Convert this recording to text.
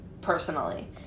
personally